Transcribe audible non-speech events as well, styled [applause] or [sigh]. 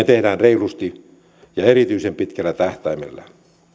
[unintelligible] tehdään reilusti ja erityisen pitkällä tähtäimellä